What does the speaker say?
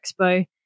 Expo